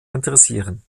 interessieren